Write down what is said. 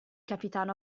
capitano